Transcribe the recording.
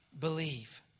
believe